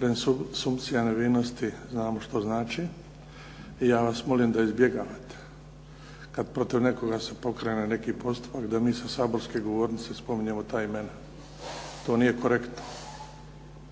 Presumpcija nevinosti znamo što znači i ja vas molim da izbjegavate kad protiv nekoga se pokrene neki postupak da mi sa saborske govornice spominjemo ta imena. To nije korektno.